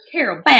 Carol